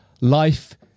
life